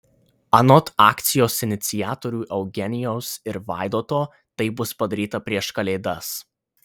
anot akcijos iniciatorių eugenijaus ir vaidoto tai bus padaryta prieš kalėdas